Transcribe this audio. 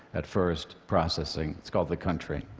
at first, processing. it's called the country.